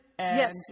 Yes